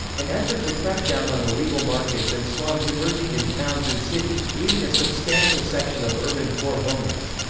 an effort to crack down on illegal markets and slums emerging in towns and cities, leaving a substantial section of urban poor homeless.